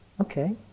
okay